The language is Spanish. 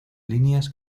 líneas